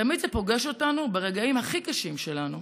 תמיד זה פוגש אותנו ברגעים הכי קשים שלנו.